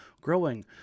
growing